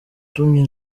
utumye